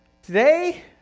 Today